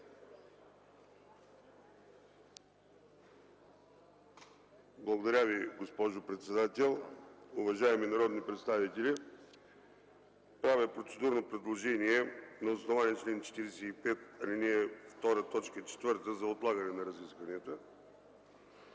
Благодаря, госпожо председател. Уважаеми народни представители, правя процедурно предложение на основание чл. 45, ал. 2, т. 4 за отлагане на разискванията,